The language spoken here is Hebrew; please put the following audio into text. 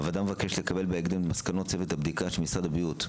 הוועדה מבקשת לקבל בהקדם את מסקנות צוות הבדיקה של משרד הבריאות.